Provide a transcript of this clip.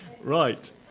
Right